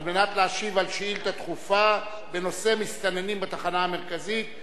על מנת להשיב על שאילתא דחופה בנושא "מסתננים בתחנה המרכזית",